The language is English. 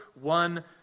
one